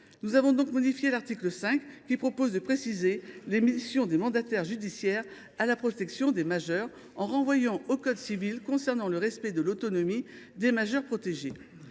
Nous avons ainsi modifié l’article 5, qui propose de préciser les missions des mandataires judiciaires à la protection des majeurs (MJPM), en renvoyant au code civil pour ce qui est du respect de l’autonomie des majeurs protégés.